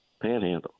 panhandle